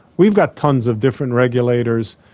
we've got tonnes of different regulators,